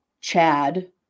Chad